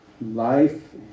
life